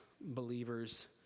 believers